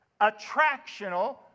attractional